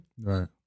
right